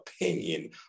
opinion